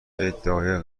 ادعای